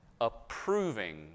approving